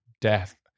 death